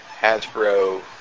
Hasbro